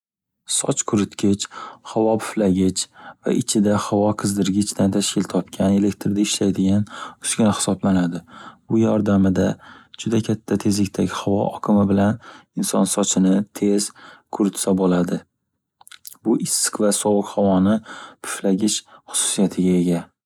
Soch quritgich, havo puflagich va ichida havo qizdirgichdan tashkil topgan elektrda ishlaydigan uskuna hisoblanadi, bu yordamida juda katta tezlikdagi havo oqimi bilan inson sochini tez quritsa boʻladi. Bu issiq va sovuq havoni piflagish xususiyatiga ega.